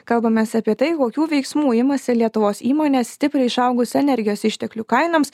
kalbamės apie tai kokių veiksmų imasi lietuvos įmonės stipriai išaugus energijos išteklių kainoms